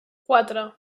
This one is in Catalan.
quatre